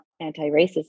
anti-racism